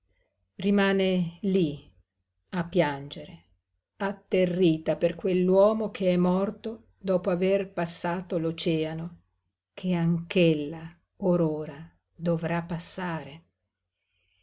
rimane lí a piangere atterrita per quell'uomo che è morto dopo aver passato l'oceano che anch'ella or ora dovrà passare